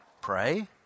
pray